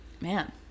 man